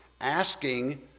Asking